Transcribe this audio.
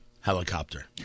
Helicopter